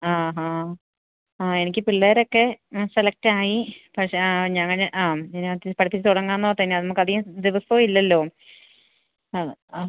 ആ ഹാ ആ എനിക്ക് പിള്ളേരൊക്കെ മ് സെലക്റ്റായി പക്ഷേ ആ ഞാന് ആം ഇതിനകത്ത് പഠിപ്പിച്ച് തുടങ്ങാമെന്നോര്ത്താണ് പിന്നെ നമുക്ക് അധികം ദിവസവുമില്ലല്ലോ അതെ ആ